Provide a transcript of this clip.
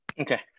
Okay